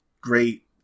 Great